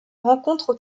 rencontres